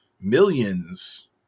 millions